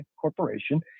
corporation